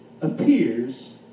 appears